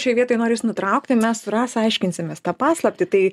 šioj vietoj noriu jus nutraukti mes su rasa aiškinsimės tą paslaptį tai